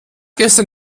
gestern